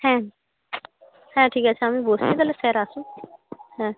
হ্যাঁ হ্যাঁ ঠিক আছে আমি বসছি তাহলে স্যার আসুক হ্যাঁ